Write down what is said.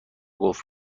قفل